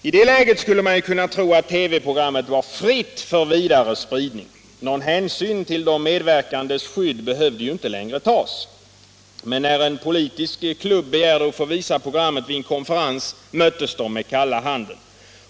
I det läget skulle man kunna tro att TV-programmet var fritt för vidare spridning. Någon hänsyn till de medverkandes skydd behövde ju inte längre tas. Men när en politisk klubb begärde att få visa programmet vid en konferens möttes de av kalla handen.